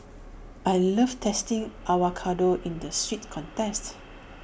I love tasting avocado in the sweet context